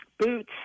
Boots